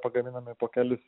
pagaminami po kelis